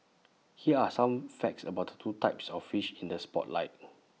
here are some facts about the two types of fish in the spotlight